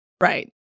Right